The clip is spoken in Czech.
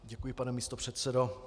Děkuji, pane místopředsedo.